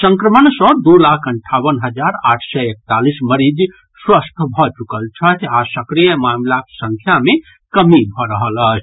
संक्रमण सँ दू लाख अंठावन हजार आठ सय एकतालिस मरीज स्वस्थ भऽ चुकल छथि आ सक्रिय मामिलाक संख्या मे कमी भऽ रहल अछि